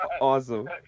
awesome